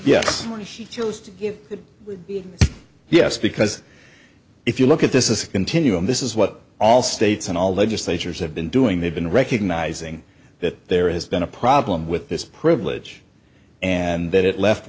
why she chose to be yes because if you look at this is a continuum this is what all states and all legislatures have been doing they've been recognizing that there has been a problem with this privilege and that it left